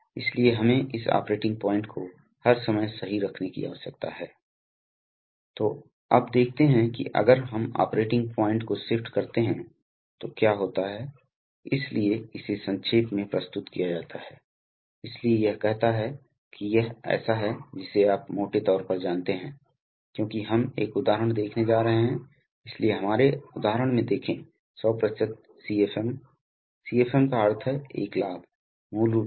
फिर विभिन्न प्रकार के यदि आपके पास फीडबैक नियंत्रण है तो आपके पास विभिन्न प्रकार के फीडबैक तत्व हो सकते हैं जैसे कि प्रेशर स्विच आपके पास ऑपरेटर कमांड के लिए पुशबटन हो सकते हैं और निश्चित रूप से आपके पास विभिन्न प्रकार के विद्युत इंटरफ़ेस डिवाइस होते हैं जैसे जानते हैं आपके पास इलेक्ट्रिकल सिस्टम और हाइड्रोलिक सिस्टम के बीच इंटरफेसिंग करने के लिए I से P कन्वर्टर्स हैं